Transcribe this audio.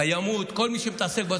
וקיימות, כל מי שמתעסק.